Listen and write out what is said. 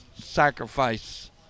sacrifice